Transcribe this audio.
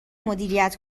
مدیریت